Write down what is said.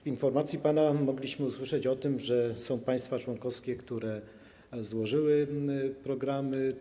W informacji mogliśmy usłyszeć o tym, że są państwa członkowskie, które złożyły programy.